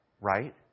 Right